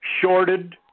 shorted